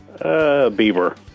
Bieber